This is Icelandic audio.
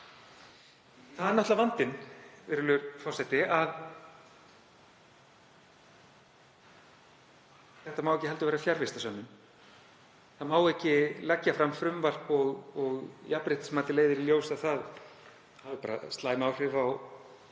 Það er náttúrlega vandinn, virðulegur forseti, þetta má ekki heldur vera fjarvistarsönnun. Það má ekki leggja fram frumvarp og jafnréttismatið leiðir í ljós að það hafi slæm áhrif á eitt